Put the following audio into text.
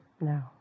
No